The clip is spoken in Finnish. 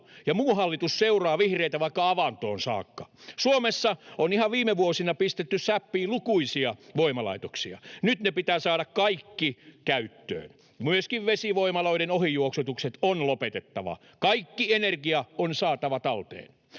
ja muu hallitus seuraa vihreitä vaikka avantoon saakka. Suomessa on ihan viime vuosina pistetty säppiin lukuisia voimalaitoksia. Nyt ne pitää saada kaikki käyttöön. Myöskin vesivoimaloiden ohijuoksutukset on lopetettava. Kaikki energia on saatava talteen.